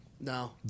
No